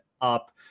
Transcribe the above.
up